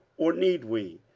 or need we,